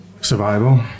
survival